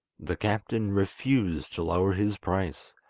the captain refused to lower his price,